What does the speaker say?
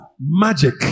Magic